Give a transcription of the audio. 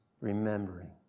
remembering